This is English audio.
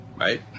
right